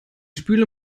spüle